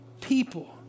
people